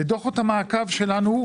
בדוחות המעקב שלנו,